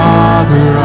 Father